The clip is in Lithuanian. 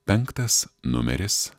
penktas numeris